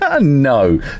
No